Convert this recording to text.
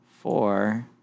Four